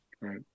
Right